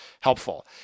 helpful